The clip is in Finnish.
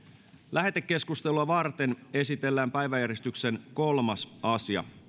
lähetekeskustelua varten esitellään päiväjärjestyksen kolmas asia